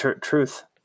truth